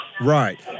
Right